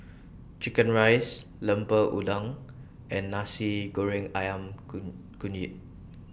Chicken Rice Lemper Udang and Nasi Goreng Ayam Kunyit